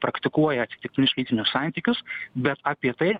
praktikuoja atsitiktinius lytinius santykius bet apie tai